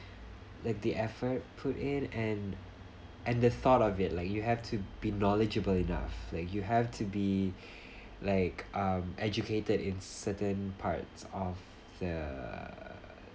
like the effort put in and and the thought of it like you have to be knowledgeable enough like you have to be like um educated in certain parts of the uh